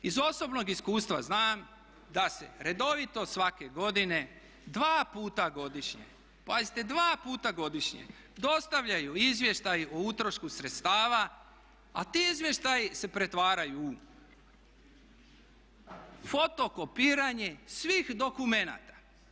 Iz osobnog iskustva znam da se redovito svake godine dva puta godišnje, pazite dva puta godišnje dostavljaju izvještaji o utrošku sredstava a ti izvještaji se pretvaraju u fotokopiranje svih dokumenata.